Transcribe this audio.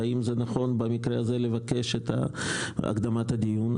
האם זה נכון במקרה הזה לבקש את הקדמת הדיון?